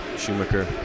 Schumacher